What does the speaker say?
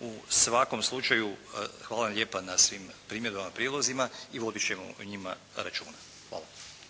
U svakom slučaju, hvala vam lijepa na svim primjedbama i prijedlozima i voditi ćemo o njima računa. Hvala.